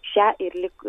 šią ir lyg